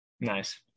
Nice